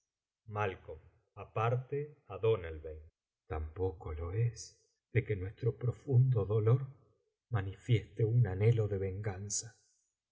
de derramar lágrimas malc aparte á donaibain tampoco lo os de que nuestro profundo dolor manifieste su anhelo de venganza